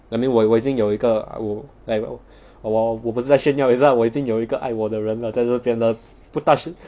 I mean 我我已经有一个我 like 我我我不是在炫耀也是 lah 我已经有一个爱我的人了在这边了